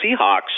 Seahawks